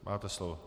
Máte slovo.